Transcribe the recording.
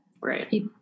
right